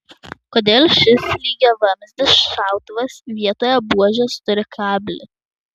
kodėl šis lygiavamzdis šautuvas vietoje buožės turi kablį